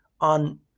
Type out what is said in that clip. on